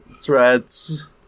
threads